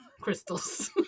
Crystals